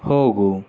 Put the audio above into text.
ಹೋಗು